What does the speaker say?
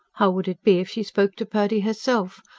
how would it be if she spoke to purdy herself.